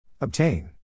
Obtain